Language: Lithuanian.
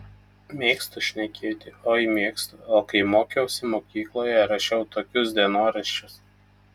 mėgstu šnekėti oi mėgstu o kai mokiausi mokykloje rašiau tokius dienoraščius